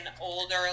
older